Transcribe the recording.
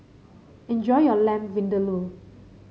enjoy your Lamb Vindaloo